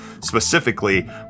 specifically